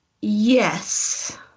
Yes